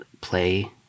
play